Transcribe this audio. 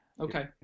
okay